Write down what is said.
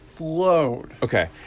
Okay